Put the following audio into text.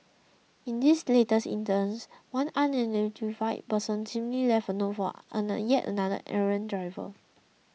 in this latest instance one unidentified person similarly left a note for yet another errant driver